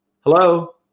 Hello